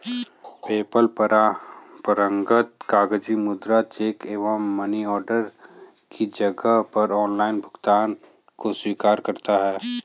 PayPal परंपरागत कागजी मुद्रा, चेक एवं मनी ऑर्डर के जगह पर ऑनलाइन भुगतान को स्वीकार करता है